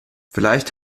vielleicht